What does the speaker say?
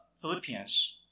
Philippians